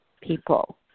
people